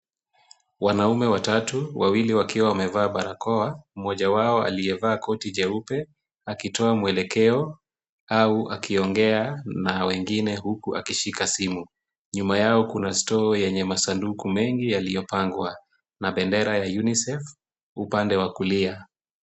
Wanaume watatu wawili wakiwa wamevaa barakoa , Mmoja wao aliyevaa koti jeupe, akitoa mwelekeo au akiongea na wengine huku akishika simu. Nyuma yao kuna stoo yenye masanduku mengi yaliyopangwa na bendera ya UNICEF upande wa kulia.